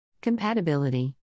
Compatibility